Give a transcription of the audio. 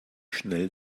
schnell